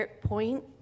point